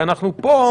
אנחנו קובעים